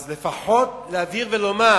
אז לפחות להבהיר ולומר: